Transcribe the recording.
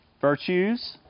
virtues